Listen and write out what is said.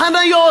חניות.